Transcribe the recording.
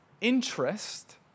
interest